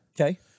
Okay